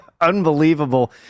Unbelievable